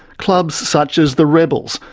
clubs such as the rebels,